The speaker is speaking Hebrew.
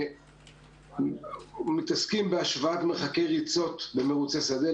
אנחנו מתעסקים בהשוואת מרחקי ריצות במרוצי שדה.